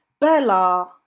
Bella